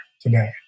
today